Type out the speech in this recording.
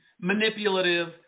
manipulative